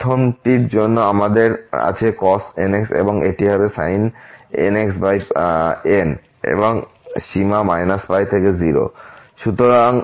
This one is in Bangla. প্রথমটির জন্য আমাদের আছে cos nx তাই এটি হবে sin nxn এবং সীমা π থেকে 0